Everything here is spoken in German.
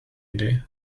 idee